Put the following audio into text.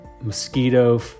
mosquito